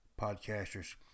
podcasters